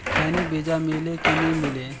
खैनी बिजा मिले कि नी मिले?